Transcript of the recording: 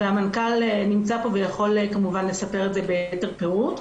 והמנכ"ל נמצא פה ויכול כמובן לספר את זה ביתר פירוט,